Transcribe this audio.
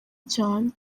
cyane